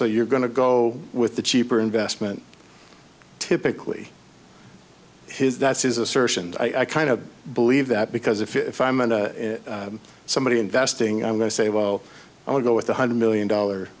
so you're going to go with the cheaper investment typically his that's his assertion i kind of believe that because if i'm going to somebody's investing i'm going to say well i'll go with one hundred million dollar